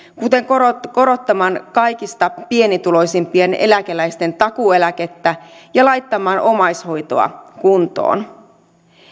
kuten korottamaan korottamaan kaikista pienituloisimpien eläkeläisten takuueläkettä ja laittamaan omaishoitoa kuntoon